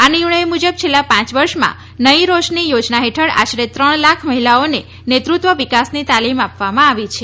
આ નિર્ણય મુજબ છેલ્લા પાંચ વર્ષમાં નઇ રોશની યોજના હેઠળ આસરે ત્રણ લાખ મહિલાઓને નેતૃત્વ વિકાસની તાલીમ આપવામાં આવી છે